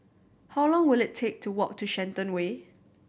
how long will it take to walk to Shenton Way